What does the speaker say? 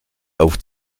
auf